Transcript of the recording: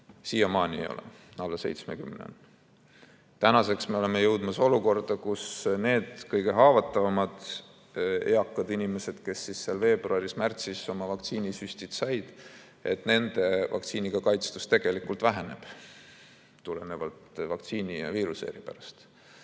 Siiamaani seda ei ole, alla 70% on. Nüüd me oleme jõudmas olukorda, kus need kõige haavatavamad eakad inimesed, kes veebruaris-märtsis oma vaktsiinisüstid said, nende vaktsiiniga kaitstus tegelikult väheneb tulenevalt vaktsiini ja viiruse eripärast.